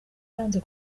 yanze